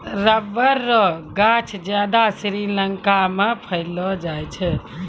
rubber रो गांछ ज्यादा श्रीलंका मे पैलो जाय छै